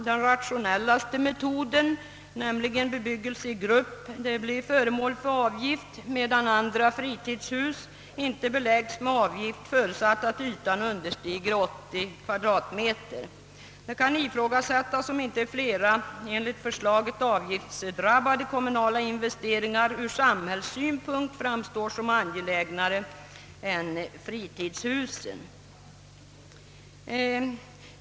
Den rationellaste metoden, nämligen bebyggelse i grupp, blir föremål för avgift, medan andra fritidshus inte beläggs med avgift förutsatt att ytan understiger 80 m?. Det kan ifrågasättas om inte flera enligt förslaget avgiftsdrabbade kommunala investeringar ur samhällssynpunkt framstår som angelägnare än fritidshusen.